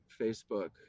Facebook